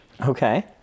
Okay